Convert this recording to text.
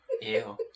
Ew